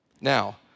Now